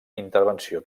intervenció